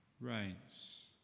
reigns